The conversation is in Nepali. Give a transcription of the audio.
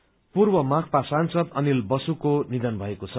डिमाइश पूर्व माकपा सांसद अनिल बसुको निधन भएको छ